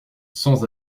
sans